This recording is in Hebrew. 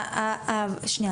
שנייה,